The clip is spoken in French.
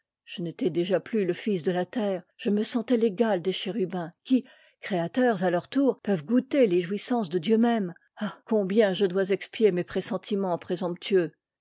je n'étais déjà plus le fils de la terre je me sentais égai des chérubins qui créateurs à leur tour peuvent goûter les jouissances de dieu même ah combien je dois expier mes pressentiments présomptueux